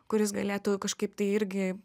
kur jis galėtų kažkaip tai irgi